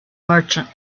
merchant